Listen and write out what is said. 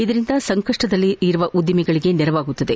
ಇದರಿಂದ ಸಂಕಷ್ಟದಲ್ಲಿರುವ ಉದ್ದಿಮೆಗಳಿಗೆ ನೆರವಾಗಲಿದೆ